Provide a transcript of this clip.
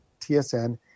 TSN